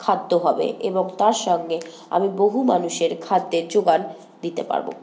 খাদ্য হবে এবং তার সঙ্গে আমি বহু মানুষের খাদ্যের যোগান দিতে পারবো